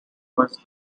was